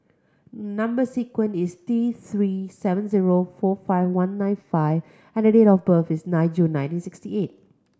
number sequence is T Three seven zero four five one nine five and the date of birth is nine June nineteen sixty eight